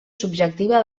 subjectiva